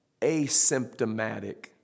asymptomatic